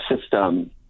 system